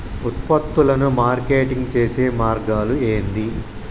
ఉత్పత్తులను మార్కెటింగ్ చేసే మార్గాలు ఏంది?